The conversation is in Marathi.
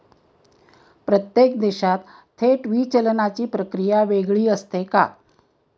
प्रत्येक देशात थेट विचलनाची प्रक्रिया वेगळी असते का?